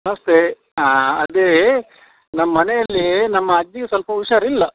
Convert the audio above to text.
ನಮಸ್ತೆ ಅದೇ ನಮ್ಮ ಮನೆಯಲ್ಲಿ ನಮ್ಮ ಅಜ್ಜಿಗೆ ಸ್ವಲ್ಪ ಹುಷಾರಿಲ್ಲ